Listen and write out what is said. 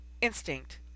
instinct